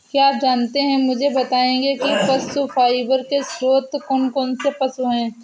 क्या आप मुझे बताएंगे कि पशु फाइबर के स्रोत कौन कौन से पशु हैं?